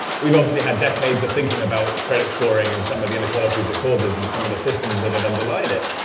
we mostly had decades of thinking about credit scoring and some of the inequalities it causes and some of the systems that have under lane it.